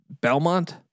Belmont